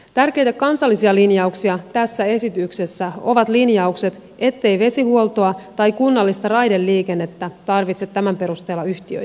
tärkeitä kansallisia linjauksia tässä esityksessä ovat linjaukset ettei vesihuoltoa tai kunnallista raideliikennettä tarvitse tämän perusteella yhtiöittää